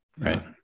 Right